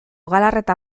galarreta